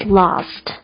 lost